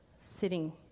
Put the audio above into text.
sitting